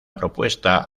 propuesta